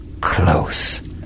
close